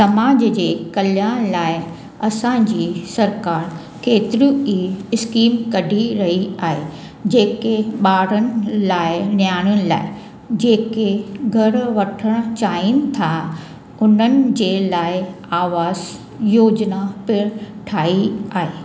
समाज जे कल्याण लाइ असांजी सरिकार केतिरियूं ई इस्कीम कढी रही आहे जेके ॿारनि लाइ न्याणियुनि लाइ जेके घरु वठणु चाहिनि था उन्हनि जे लाइ आवास योजना पिणु ठाही आहे